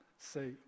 Say